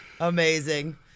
amazing